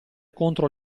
contro